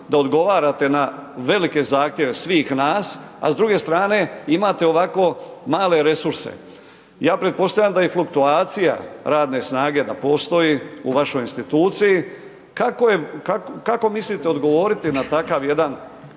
da odgovarate na velike zahtjeve svih nas, a s druge strane, imate ovako male resurse. Ja pretpostavljam da i fluktuacija radne snage da postoji u vašoj instituciji, kako je, kako mislite odgovoriti na tako jedan